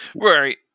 Right